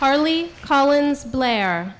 harley collins blair